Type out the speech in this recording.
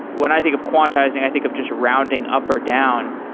when i think of quantizing i think of just rounding up or down.